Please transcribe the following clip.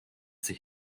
sich